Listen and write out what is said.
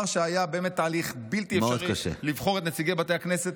וזה היה באמת תהליך בלתי אפשרי לבחור את נציגי בתי הכנסת,